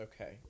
Okay